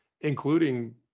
including